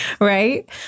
right